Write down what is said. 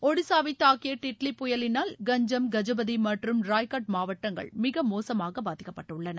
ஒடிஷாவை தாக்கிய டிட்லி புயலினால் கஞ்சம் கஜபதி மற்றும் ரயாகட் மாவட்டங்கள் மிக மோசமாக பாதிக்கப்பட்டுள்ளன